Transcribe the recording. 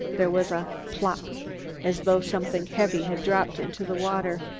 there was a plopp as though something heavy had dropped into the water.